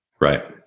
Right